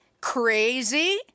Crazy